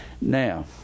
now